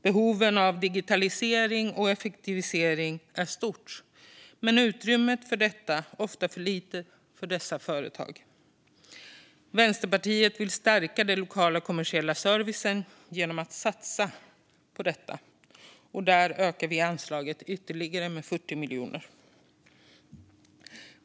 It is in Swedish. Behoven av digitalisering och effektivisering är stora, men utrymmet för att genomföra detta är ofta litet för dessa företag. Vänsterpartiet vill stärka den lokala kommersiella servicen genom att satsa på detta, och vi ökar anslaget med ytterligare 40 miljoner.